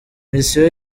misiyo